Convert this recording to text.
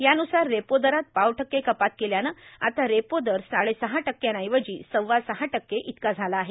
यानुसार रेपो दरात पाव टक्के कपात केल्यानं आता रेपो दर साडेसहा टक्क्यांऐवजी सव्वासहा टक्के इतका झाला आहे